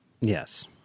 Yes